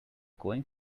going